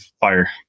fire